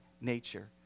nature